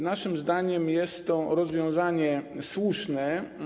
Naszym zdaniem jest to rozwiązanie słuszne.